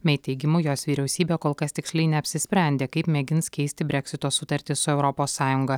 mei teigimu jos vyriausybė kol kas tiksliai neapsisprendė kaip mėgins keisti breksito sutartį su europos sąjunga